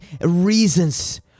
reasons